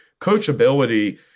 coachability